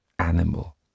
animal